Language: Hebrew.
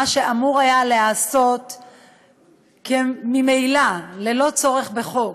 מה שאמור היה להיעשות ממילא, ללא צורך בחוק,